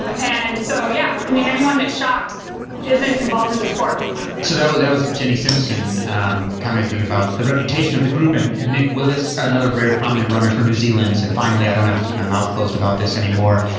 ah and so yes yeah i mean anyone that's shocked isn't involved in the sport and so that was that was jenny simpson um commenting about the reputation of the group. and and nick willis another very prominent runner for new zealand's had finally i don't have to keep my mouth closed about this anymore.